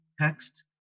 text